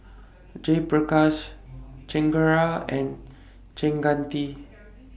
Jayaprakash Chengara and